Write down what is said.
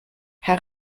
herr